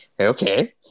okay